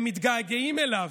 הם מתגעגעים אליו.